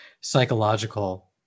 psychological